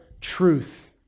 truth